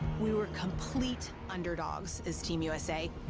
we were complete underdogs as team usa.